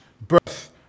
birth